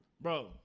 Bro